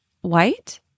white